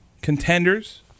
contenders